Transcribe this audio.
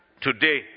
today